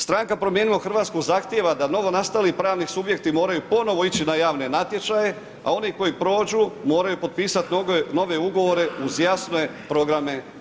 Stranka Promijenimo Hrvatsku, zahtjeva da novonastali pravni subjekti moraju ponovno ići na javne natječaje, a oni koji prođu moraju potpisati nove ugovore, uz jasne programe razvoja.